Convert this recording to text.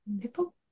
people